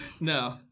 no